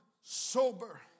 sober